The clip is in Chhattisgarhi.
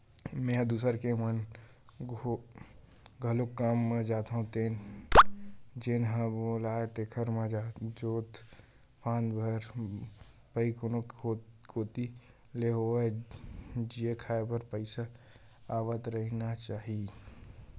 मेंहा दूसर के म घलोक काम म जाथो जेन ह बुलाथे तेखर म जोते फांदे बर भई कोनो कोती ले होवय जीए खांए बर पइसा आवत रहिना चाही